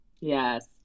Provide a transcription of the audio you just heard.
Yes